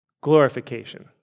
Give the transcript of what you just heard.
Glorification